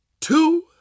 two